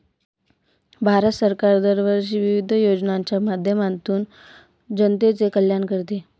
भारत सरकार दरवर्षी विविध योजनांच्या माध्यमातून जनतेचे कल्याण करते